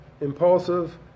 Impulsive